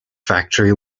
factory